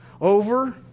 over